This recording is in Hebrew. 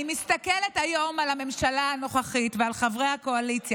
אני מסתכלת היום על הממשלה הנוכחית ועל חברי הקואליציה,